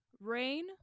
Rain